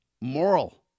moral